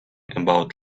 about